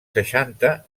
seixanta